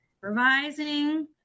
revising